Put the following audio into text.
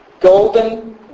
Golden